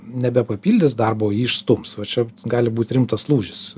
nebepapildys darbo jį išstums va čia gali būt rimtas lūžis